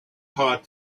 heart